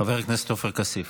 חבר הכנסת עופר כסיף.